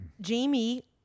Jamie